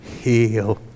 heal